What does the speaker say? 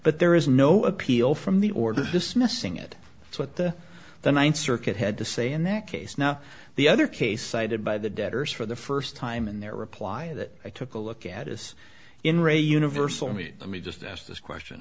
but there is no appeal from the order dismissing it so what the the ninth circuit had to say in that case now the other case cited by the debtors for the first time in their reply that i took a look at is in re universal me let me just ask this question